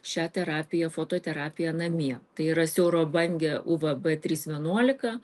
šią terapiją fototerapiją namie tai yra siaurabangė uvb trys vienuolika